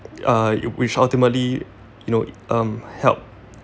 uh it which ultimately you know um helped